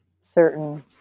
certain